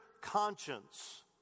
conscience